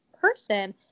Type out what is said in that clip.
person